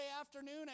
afternoon